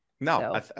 No